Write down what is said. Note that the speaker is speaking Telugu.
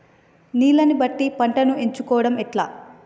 నీళ్లని బట్టి పంటను ఎంచుకోవడం ఎట్లా?